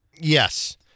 Yes